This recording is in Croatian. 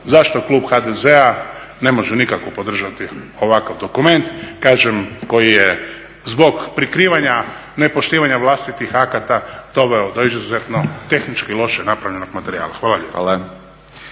zašto klub HDZ-a ne može nikako podržati ovakav dokument, kažem koji je zbog prikrivanja nepoštivanja vlastitih akata doveo do izuzetno tehnički loše napravljenog materijala. Hvala lijepa.